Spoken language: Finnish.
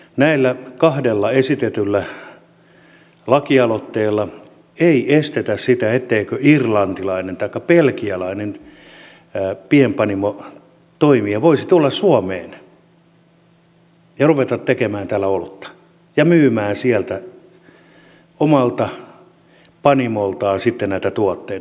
näillä kahdella esitetyllä lakialoitteella ei estetä sitä etteikö irlantilainen taikka belgialainen pienpanimotoimija voisi tulla suomeen ja ruveta tekemään täällä olutta ja myymään sieltä omalta panimoltaan näitä tuotteita